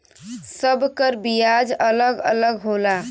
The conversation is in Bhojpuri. सब कर बियाज अलग अलग होला